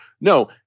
No